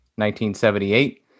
1978